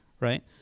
right